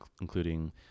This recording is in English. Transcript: including